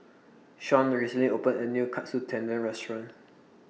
Sean recently opened A New Katsu Tendon Restaurant